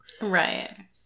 Right